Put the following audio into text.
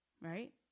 Right